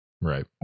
right